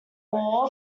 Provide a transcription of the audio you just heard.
law